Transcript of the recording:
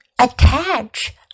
Attach